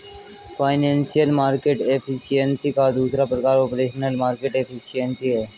financial market efficiency का दूसरा प्रकार ऑपरेशनल मार्केट एफिशिएंसी है